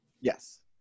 Yes